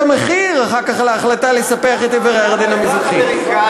את המחיר על ההחלטה לספח את עבר הירדן המזרחי.